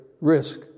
risk